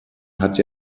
hat